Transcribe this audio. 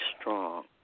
strong